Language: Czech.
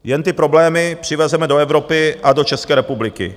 Jen ty problémy přivezeme do Evropy a do České republiky.